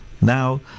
Now